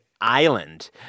island